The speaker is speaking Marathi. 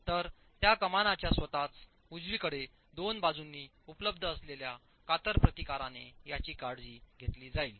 तर त्या कमानाच्या स्वतःच उजवीकडे दोन बाजूंनी उपलब्ध असलेल्या कातर प्रतिकाराने याची काळजी घेतली जाईल